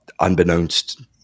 unbeknownst